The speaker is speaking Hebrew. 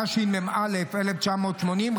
התשמ"א 1980,